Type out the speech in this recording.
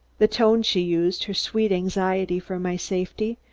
the tone she used, her sweet anxiety for my safety,